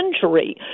century